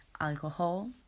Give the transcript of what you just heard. Alcohol